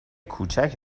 کوچک